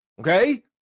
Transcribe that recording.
Okay